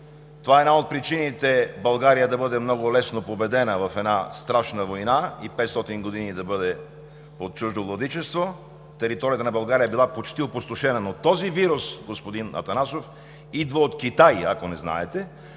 това е една от причините България да бъде много лесно победена в една страшна война и 500 години да бъде под чуждо владичество – територията на България е била почти опустошена, но този вирус, господин Атанасов, идва от Китай, ако не знаете,